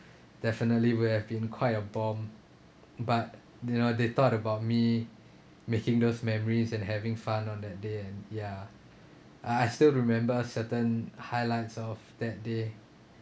definitely will have been quite a bomb but do you know they thought about me making those memories and having fun on that day and ya I I still remember certain highlights of that day